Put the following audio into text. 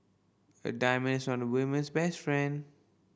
a diamond's on a woman's best friend